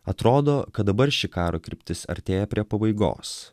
atrodo kad dabar ši karo kryptis artėja prie pabaigos